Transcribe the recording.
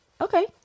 okay